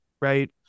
right